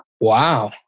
Wow